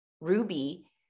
Ruby